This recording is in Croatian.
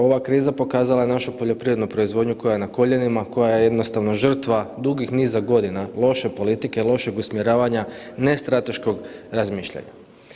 Ova kriza pokazala je našu poljoprivrednu proizvodnju koja je na koljenima, koja je jednostavno žrtva dugih niza godina loše politike, lošeg usmjeravanja, nestrateškog razmišljanja.